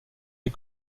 les